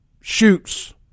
shoots